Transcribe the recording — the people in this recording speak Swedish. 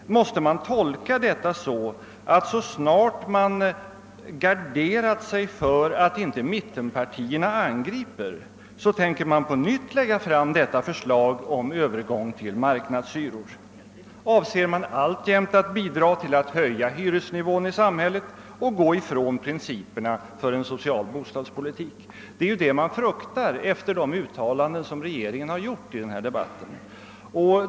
Skall detta tolkas så, att så snart man har garderat sig för att inte mittenpartierna angriper, så tänker man på nytt lägga fram detta förslag om övergång till marknadshyror? Avser man alltjämt ait bidraga till att höja hyresnivån och gå ifrån principerna för en social bostadspolitik? Det är vad man fruktar efter de uttalanden som regeringen har gjort i denna debatt.